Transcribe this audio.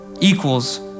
equals